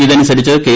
ഇതനുസരിച്ച് കെ